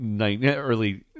early